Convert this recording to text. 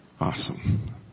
Awesome